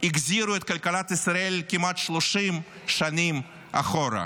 החזירה את כלכלת ישראל כמעט 30 שנה אחורה.